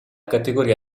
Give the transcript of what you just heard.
categoria